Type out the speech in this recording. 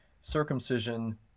circumcision